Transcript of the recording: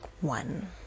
one